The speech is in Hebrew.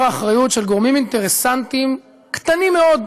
האחריות של גורמים אינטרסנטיים קטנים מאוד,